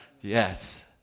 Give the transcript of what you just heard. Yes